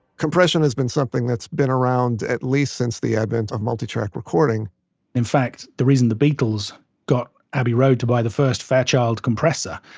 compression has been something that's been around at least since the advent of multitrack recording in fact, the reason that the beatles got abbey road to buy the first fairchild compressor,